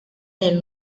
del